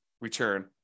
return